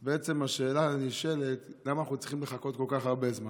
אז בעצם השאלה הנשאלת היא למה אנחנו צריכים לחכות כל כך הרבה זמן.